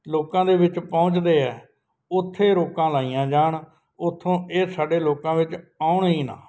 ਲੋਕਾਂ ਦੇ ਵਿੱਚ ਪਹੁੰਚਦੇ ਆ ਉੱਥੇ ਰੋਕਾਂ ਲਾਈਆਂ ਜਾਣ ਉਥੋਂ ਇਹ ਸਾਡੇ ਲੋਕਾਂ ਵਿੱਚ ਆਉਣਾ ਹੀ ਨਾ